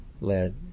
led